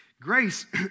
Grace